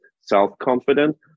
self-confident